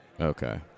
Okay